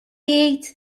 jgħid